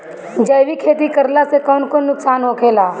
जैविक खेती करला से कौन कौन नुकसान होखेला?